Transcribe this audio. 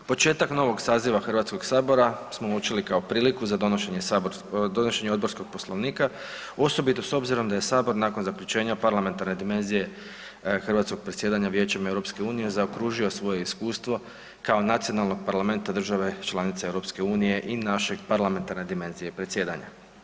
Početak novog saziva Hrvatskog sabora smo uočili kao priliku za donošenje odborskog Poslovnika osobito s obzirom da je Sabor nakon zaključenja parlamentarne dimenzije hrvatskog predsjedanja Vijećem EU-a, zaokružio svoje iskustvo kao nacionalnog parlamenta države članice EU-a i naše parlamentarne dimenzije predsjedanja.